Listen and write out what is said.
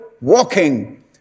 walking